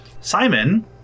Simon